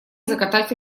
закатать